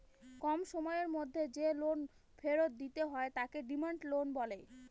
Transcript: কম সময়ের মধ্যে যে লোন ফেরত দিতে হয় তাকে ডিমান্ড লোন বলে